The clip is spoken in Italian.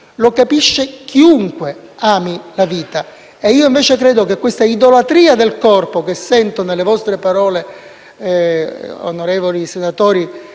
lo capisce chiunque ami la vita. Io, invece, credo che l'idolatria del corpo, che sento nelle vostre parole, onorevoli senatori